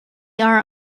are